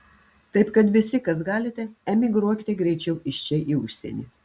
taip kad visi kas galite emigruokite greičiau iš čia į užsienį